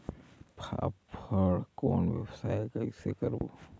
फाफण कौन व्यवसाय कइसे करबो?